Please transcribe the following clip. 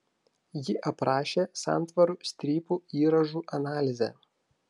ji aprašė santvarų strypų įrąžų analizę